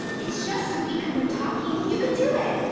it's just a week of no talking. you can do it.